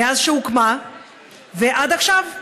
מאז שהוקמה ועד עכשיו.